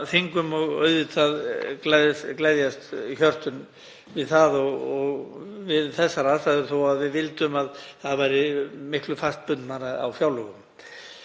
þingum og auðvitað gleðjast hjörtun við það og við þessar aðstæður þó að við vildum að það væri miklu fastbundnara á fjárlögum.